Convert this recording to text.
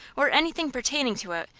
or anything pertaining to it,